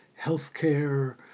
healthcare